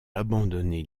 abandonner